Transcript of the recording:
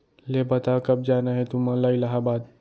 ले बता, कब जाना हे तुमन ला इलाहाबाद?